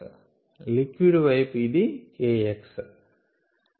liquid వైపు ఇది kx